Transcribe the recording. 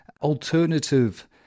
alternative